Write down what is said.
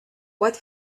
what